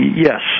Yes